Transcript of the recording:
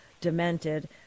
Demented